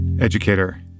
educator